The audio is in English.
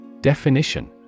Definition